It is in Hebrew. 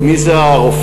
מי זה השופט?